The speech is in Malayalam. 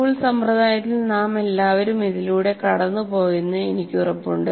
സ്കൂൾ സമ്പ്രദായത്തിൽ നാമെല്ലാവരും ഇതിലൂടെ കടന്നുപോയെന്ന് എനിക്ക് ഉറപ്പുണ്ട്